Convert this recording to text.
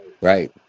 right